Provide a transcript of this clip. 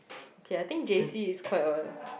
okay I think J_C is quite a